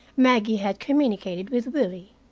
maggie had communicated with willie.